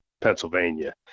Pennsylvania